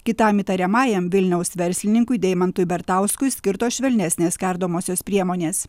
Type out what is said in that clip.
kitam įtariamajam vilniaus verslininkui deimantui bertauskui skirtos švelnesnės kardomosios priemonės